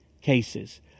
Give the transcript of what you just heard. cases